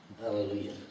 Hallelujah